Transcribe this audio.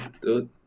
dude